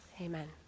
Amen